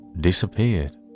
disappeared